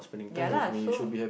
ya lah so